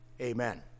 amen